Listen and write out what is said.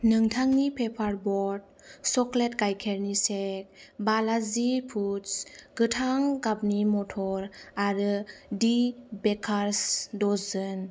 नोंथांनि paper boat chocolate गायखेरनि shake Balaji Foods गोथां गाबनि मटर आरो दि बेकार्स दज'न